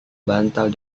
bantal